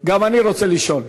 גם אני רוצה לשאול.